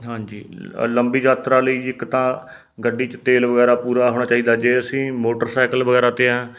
ਹਾਂਜੀ ਲੰਬੀ ਯਾਤਰਾ ਲਈ ਜੀ ਇੱਕ ਤਾਂ ਗੱਡੀ 'ਚ ਤੇਲ ਵਗੈਰਾ ਪੂਰਾ ਹੋਣਾ ਚਾਹੀਦਾ ਜੇ ਅਸੀਂ ਮੋਟਰਸਾਈਕਲ ਵਗੈਰਾ 'ਤੇ ਐਂਂ